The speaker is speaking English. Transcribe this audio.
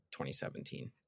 2017